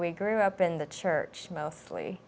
we grew up in the church mostly